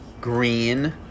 Green